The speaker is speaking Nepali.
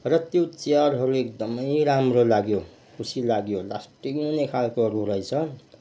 र त्यो चियरहरू एकदमै राम्रो लाग्यो खुसी लाग्यो लास्टिङ हुने खाल्कोहरू रहेछ